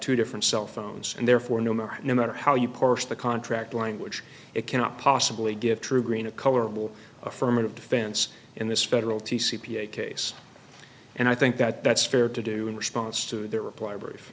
two different cell phones and therefore no more no matter how you parse the contract language it cannot possibly give true green a colorable affirmative defense in this federal t c p a case and i think that that's fair to do in response to their reply